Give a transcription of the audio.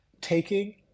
taking